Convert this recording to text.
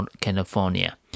California